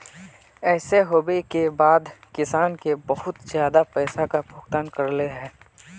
ऐसे होबे के बाद किसान के बहुत ज्यादा पैसा का भुगतान करले है?